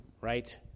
right